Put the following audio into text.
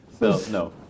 No